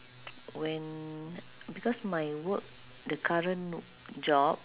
when because my work the current job